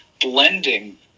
blending